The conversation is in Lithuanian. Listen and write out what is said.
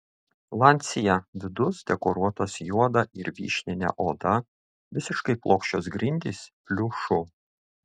lancia vidus dekoruotas juoda ir vyšnine oda visiškai plokščios grindys pliušu